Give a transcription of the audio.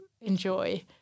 enjoy